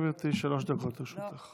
בבקשה, גברתי, שלוש דקות לרשותך.